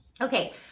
Okay